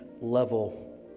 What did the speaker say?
level